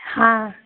हाँ